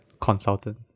consultant